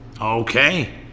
Okay